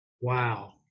Wow